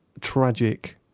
tragic